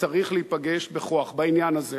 צריך להיפגש בכוח בעניין הזה.